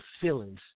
feelings